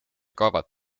kaovad